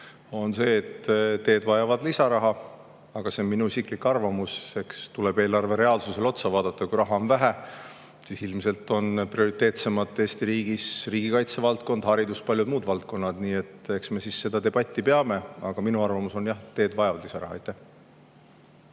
on see, et teed vajavad lisaraha. Aga see on minu isiklik arvamus. Eks tuleb eelarve reaalsusele otsa vaadata. Kui raha on vähe, siis ilmselt on prioriteetsemad Eesti riigis riigikaitsevaldkond, haridus ja paljud muud valdkonnad. Nii et eks me seda debatti peame. Aga minu arvamus on, jah, et teed vajavad lisaraha. Aitäh!